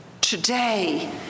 Today